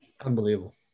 Unbelievable